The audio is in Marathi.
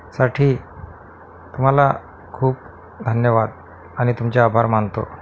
साठी तुम्हाला खूप धन्यवाद आणि तुमचे आभार मानतो